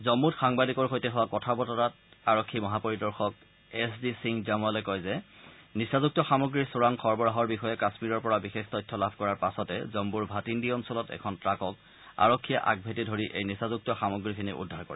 জম্মুত সাংবাদিকৰ সৈতে হোৱা কথা বতৰাত আৰক্ষী মহাপৰিদৰ্শক এছ ডি সিং জামৱালে কয় যে মাদক দ্ৰৱ্যৰ চোৰাং সৰবৰাহৰ বিষয়ে কাশ্মীৰৰ পৰা বিশেষ তথ্য লাভ কৰাৰ পাছতে জম্মুৰ ভাতিন্দী অঞ্চলত এখন ট্ৰাকক আৰক্ষীয়ে আগভেটি ধৰি এই মাদকদ্ৰৱ্যখিনি উদ্ধাৰ কৰে